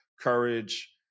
courage